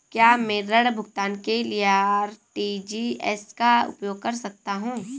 क्या मैं ऋण भुगतान के लिए आर.टी.जी.एस का उपयोग कर सकता हूँ?